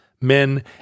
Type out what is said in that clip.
men